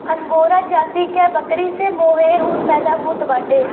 angora जाति क बकरी से मोहेर ऊन पैदा होत बाटे